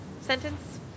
sentence